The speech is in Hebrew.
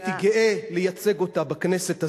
אני הייתי גאה לייצג אותה בכנסת הזאת,